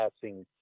passing